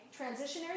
transitionary